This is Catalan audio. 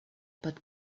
pot